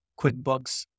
QuickBooks